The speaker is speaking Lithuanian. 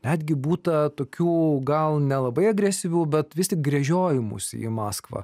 netgi būta tokių gal nelabai agresyvių bet vis tik gręžiojimųsi į maskvą